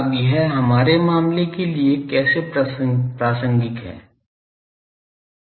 अब यह हमारे मामले के लिए कैसे प्रासंगिक है